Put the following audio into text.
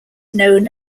known